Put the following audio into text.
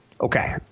Okay